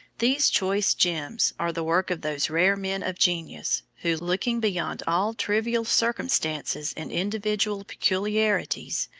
these choice gems are the work of those rare men of genius who, looking beyond all trivial circumstances and individual peculiarities,